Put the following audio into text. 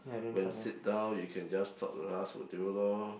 when sit down you can just stop the last will do lor